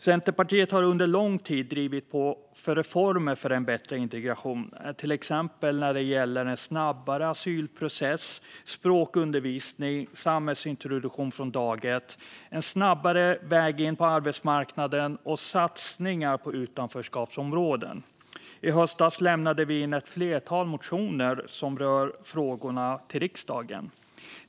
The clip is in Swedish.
Centerpartiet har under lång tid drivit på för reformer för en bättre integration, till exempel när det gäller en snabbare asylprocess, språkundervisning och samhällsintroduktion från dag ett, en snabbare väg in på arbetsmarknaden och satsningar på utanförskapsområden. I höstas lämnade vi in ett flertal motioner som rör frågorna till riksdagen.